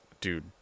dude